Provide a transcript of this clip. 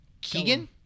Keegan